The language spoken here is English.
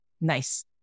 Nice